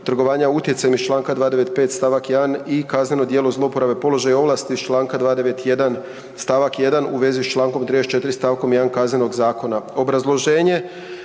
trgovanja utjecajem iz čl. 295. st. 1. i kazneno djelo zlouporabe položaja i ovlasti i čl. 291. st. 1. u vezi s čl. 34. st. 1. Kaznenog zakona.